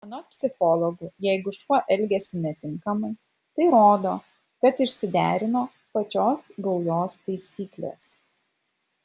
anot psichologų jeigu šuo elgiasi netinkamai tai rodo kad išsiderino pačios gaujos taisyklės